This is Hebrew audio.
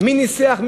מי ניסח,